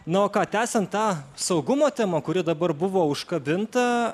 na o ką tęsiant tą saugumo temą kuri dabar buvo užkabinta